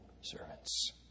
servants